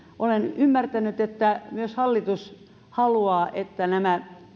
olen ymmärtänyt että myös hallitus haluaa että nämä